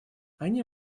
они